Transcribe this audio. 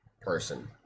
person